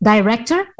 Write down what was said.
Director